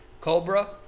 COBRA